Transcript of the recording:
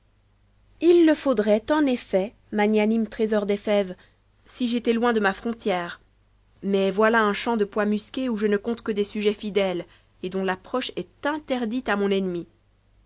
h le faudrait en effet magnanime trésor des fèves si j'étais loin de ma frontière mais voilà un champ de pois musqués où je ne compte que des sujets fidèles et dont rapproche est interdite à mon ennemi